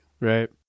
right